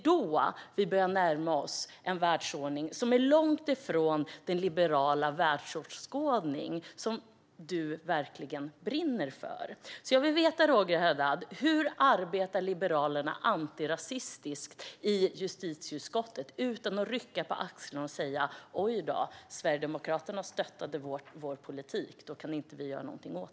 Då börjar vi närma oss en världsordning som är långt ifrån den liberala världsåskådning som du verkligen brinner för. Jag vill veta, Roger Haddad: Hur arbetar Liberalerna antirasistiskt i justitieutskottet? Jag vill inte att du bara ska rycka på axlarna och säga: Oj då, Sverigedemokraterna stöttade vår politik - det kan vi inte göra någonting åt.